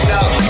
up